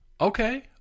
okay